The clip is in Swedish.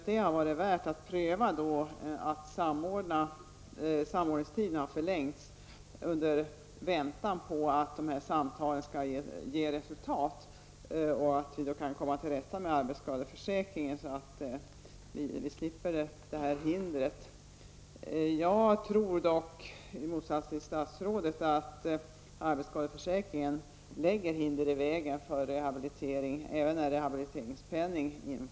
Det hade varit värt att pröva med att förlänga samordningstiderna i avvaktan på att samtalen skall ge resultat. Då hade vi kanske kunnat komma till rätta med arbetsskadeförsäkringen, så att vi hade sluppit det här hindret. I motsats till statsrådet tror jag att arbetsskadeförsäkringen reser hinder i vägen för rehabilitering, även när det införs rehabiliteringspenning.